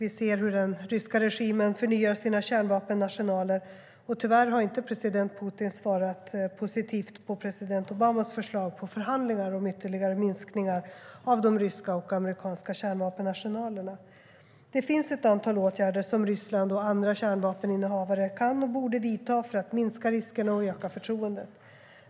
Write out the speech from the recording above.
Vi ser hur den ryska regimen förnyar sina kärnvapenarsenaler, och tyvärr har inte president Putin svarat positivt på president Obamas förslag om förhandlingar om ytterligare minskningar av de ryska och amerikanska kärnvapenarsenalerna. Det finns ett antal åtgärder som Ryssland och andra kärnvapeninnehavare kan och borde vidta för att minska riskerna och öka förtroendet.